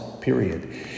period